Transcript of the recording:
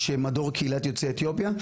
יש מדור קהילת יוצאי אתיופיה,